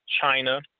China